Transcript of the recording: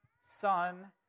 son